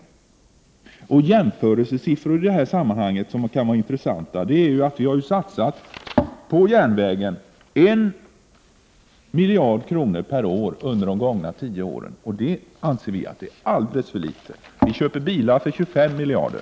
Intressanta jämförelsesiffror i detta sammanhang är att vi på järnvägen har satsat en miljard kronor per år under de gångna tio åren. Det anser vi i miljöpartiet vara alldeles för litet. Vi köper här i landet bilar för 25 miljarder.